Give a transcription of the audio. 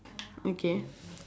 okay